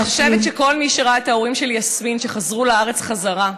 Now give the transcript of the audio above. אני חושבת שכל מי שראה את ההורים של יסמין שחזרו לארץ בחזרה,